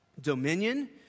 dominion